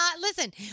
Listen